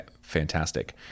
fantastic